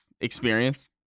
experience